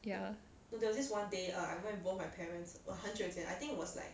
ya